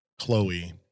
Chloe